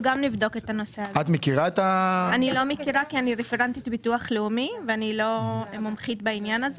אני לא מכירה כי אני רפרנטית ביטוח לאומי ואני לא מומחית בעניין,